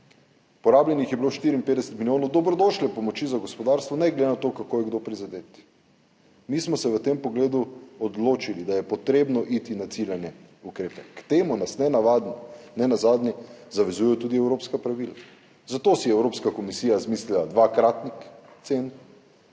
Porabljenih je bilo 54 milijonov dobrodošle pomoči za gospodarstvo, ne glede na to, kako je kdo prizadet. Mi smo se v tem pogledu odločili, da je potrebno iti na ciljane ukrepe. K temu nas nenazadnje zavezujejo tudi evropska pravila, zato si je Evropska komisija izmislila dvakratnik cen